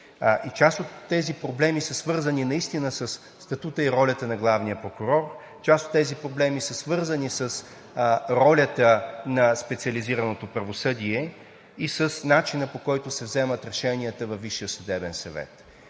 Част от тези проблеми са свързани наистина със статута и ролята на главния прокурор, част от тези проблеми са свързани с ролята на специализираното правосъдие и с начина, по който се вземат решенията във Висшия съдебен съвет.